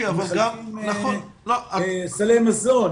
מחלקים סלי מזון,